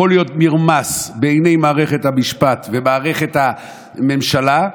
יכול להיות מרמס בעיני מערכת המשפט ומערכת הממשלה,